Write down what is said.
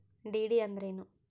DD ಅಂದ್ರೇನು?